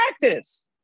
practice